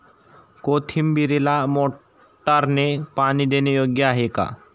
कोथिंबीरीला मोटारने पाणी देणे योग्य आहे का?